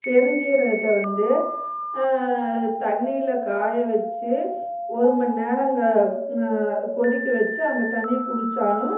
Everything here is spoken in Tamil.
பெருஞ்சீரகத்தை வந்து தண்ணியில் காயவச்சு ஒரு மணிநேரம் க கொதிக்க வச்சு அந்த தண்ணியை குடித்தாலும்